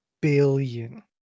billion